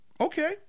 okay